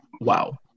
wow